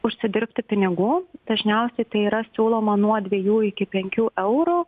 užsidirbti pinigų dažniausiai tai yra siūloma nuo dviejų iki penkių eurų